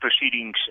proceedings